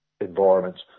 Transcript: environments